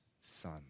son